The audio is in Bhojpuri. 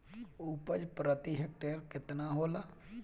उपज प्रति हेक्टेयर केतना होला?